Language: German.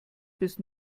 bis